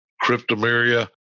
Cryptomeria